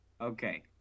okay